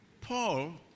Paul